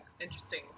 interesting